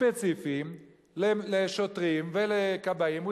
ספציפיים לשוטרים ולכבאים,